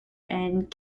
and